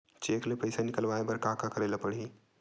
Cheque ले पईसा निकलवाय बर का का करे ल पड़हि?